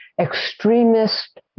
extremist